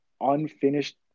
unfinished